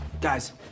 guys